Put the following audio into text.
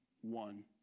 one